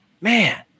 Man